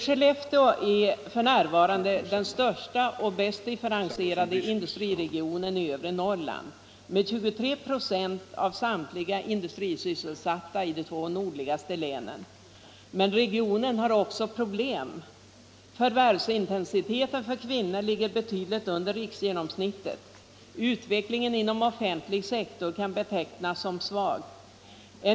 Skellefteå är f. n. den största och bäst differentierade industriregionen i övre Norrland med 23 96 av samtliga industrisysselsatta i de två nordligaste länen. Men regionen har också problem. Förvärvsintensiteten för kvinnor ligger betydligt under riksgenomsnittet och utvecklingen inom offentlig sektor kan betecknas som svag.